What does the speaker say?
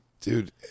dude